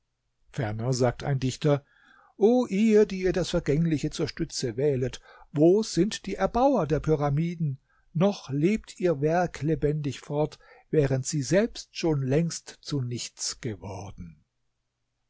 ferner sagt ein dichter o ihr die ihr das vergängliche zur stütze wählet wo sind die erbauer der pyramiden noch lebt ihr werk lebendig fort während sie selbst schon längst zu nichts geworden